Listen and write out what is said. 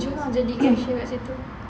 jom ah jadi cashier kat situ